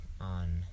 on